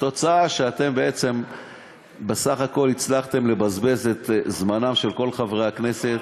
התוצאה היא שבסך הכול הצלחתם לבזבז את זמנם של כל חברי הכנסת.